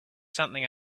something